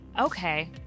okay